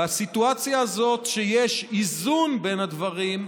בסיטואציה הזאת, שיש איזון בין הדברים,